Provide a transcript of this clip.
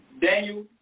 Daniel